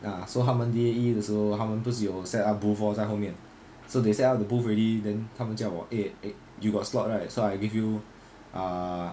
ya so 他们 J_A_E 的时候他们不是有 set up 那个 booth lor 在后面 so they set up the booth already then 他们叫我 eh you got slot right so I give you ah